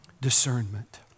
discernment